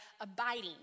abiding